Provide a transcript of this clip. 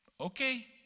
okay